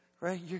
Right